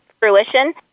fruition